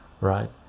right